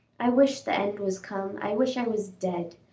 i wish the end was come, i wish i was dead.